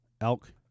elk